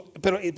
Pero